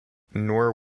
nor